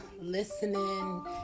listening